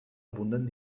abunden